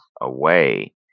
away